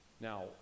Now